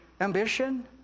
ambition